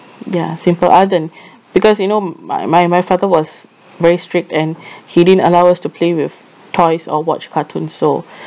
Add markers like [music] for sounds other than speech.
ya simple other than [breath] because you know m~ my my father was very strict and [breath] he didn't allow us to play with toys or watch cartoon so [breath]